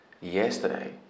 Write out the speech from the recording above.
Yesterday